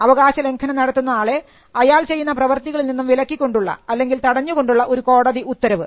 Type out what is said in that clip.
അവകാശ ലംഘനം നടത്തുന്ന ആളെ അയാൾ ചെയ്യുന്ന പ്രവർത്തികളിൽ നിന്നും വിലക്കിക്കൊണ്ടുള്ള അല്ലെങ്കിൽ തടഞ്ഞുകൊണ്ടുള്ള ഒരു കോടതി ഉത്തരവ്